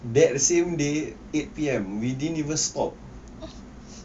that same day eight P_M we didn't even stop